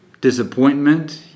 Disappointment